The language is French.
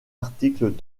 articles